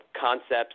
concepts